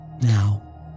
Now